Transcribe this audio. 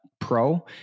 Pro